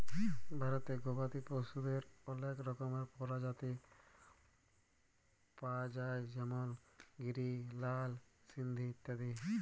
ভারতে গবাদি পশুদের অলেক রকমের প্রজাতি পায়া যায় যেমল গিরি, লাল সিন্ধি ইত্যাদি